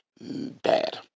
bad